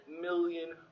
million